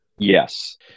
Yes